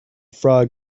frog